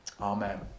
Amen